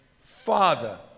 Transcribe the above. father